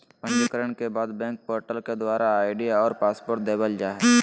पंजीकरण के बाद बैंक पोर्टल के द्वारा आई.डी और पासवर्ड देवल जा हय